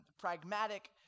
pragmatic